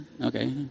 Okay